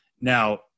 Now